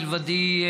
מלבדי,